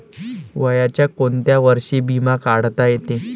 वयाच्या कोंत्या वर्षी बिमा काढता येते?